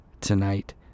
tonight